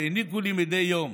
שהעניקו לי מדי יום